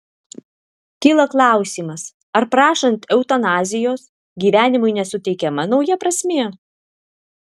kyla klausimas ar prašant eutanazijos gyvenimui nesuteikiama nauja prasmė